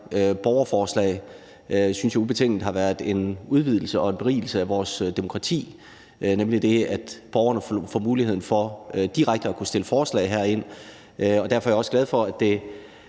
borgerforslag ubetinget har været en udvidelse og en berigelse af vores demokrati, nemlig ved at borgerne får mulighed for direkte at kunne stille forslag herinde. Derfor er jeg også glad for, at det,